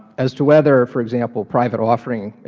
as to whether, for example, private offering